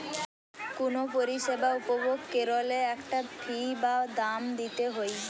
কুনো পরিষেবা উপভোগ কোরলে একটা ফী বা দাম দিতে হই